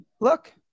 look